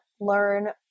learn